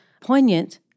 poignant